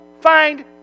find